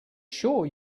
sure